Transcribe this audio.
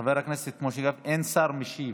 חבר הכנסת משה גפני, אין שר משיב.